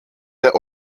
der